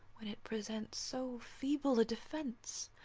when it presents so feeble a defence!